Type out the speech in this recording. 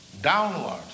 downwards